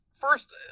first